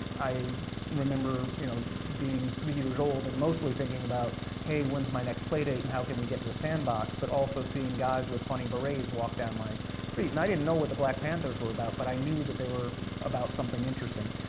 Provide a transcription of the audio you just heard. i remember you know being three years old, and mostly thinking about hey, when's my next play date and how can we get to a sandbox, but also seeing guys with funny berets walk down my street. and i didn't know what the black panthers were about but i knew that they were about something interesting.